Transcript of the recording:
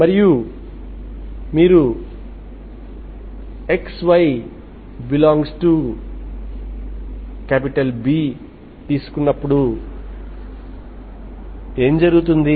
మరియు మీరు xy∈B తీసుకున్నప్పుడు ఏమి జరుగుతుంది